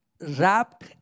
wrapped